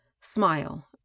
smile